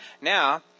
Now